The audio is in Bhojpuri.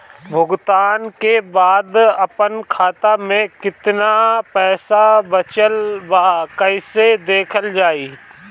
भुगतान के बाद आपन खाता में केतना पैसा बचल ब कइसे देखल जाइ?